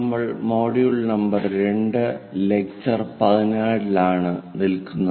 നമ്മൾ module number 2 lecture 17 ലാണ് നിൽക്കുന്നത്